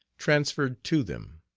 transferred to them.